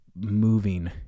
moving